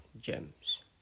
gems